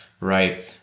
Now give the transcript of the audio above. right